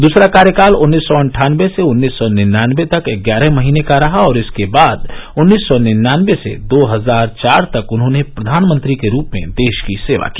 दूसरा कार्यकाल उन्नीस सौ अन्ठानबे से उन्नीस सौ निन्यानबे तक ग्यारह महीने का रहा और इसके बाद उन्नीस सौ नियान्नबे से दो हजार चार तक उन्होंने प्रधानमंत्री के रूप में देश की सेवा की